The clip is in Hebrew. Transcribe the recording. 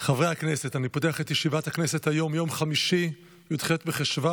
ועדת הכנסת החליטה בישיבתה היום כי ועדת הכספים